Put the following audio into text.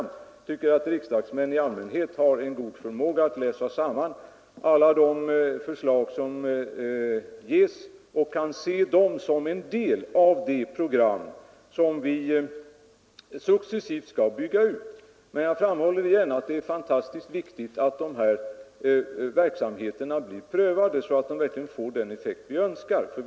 Jag tycker emellertid att riksdagsmän i allmänhet har en god förmåga att läsa samman alla de förslag som framläggs och se dem som en del av det program som vi successivt skall bygga ut. Men jag framhåller igen att det är viktigt att de här verksamheterna blir prövade, så att de verkligen får den effekt vi önskar.